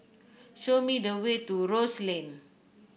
show me the way to Rose Lane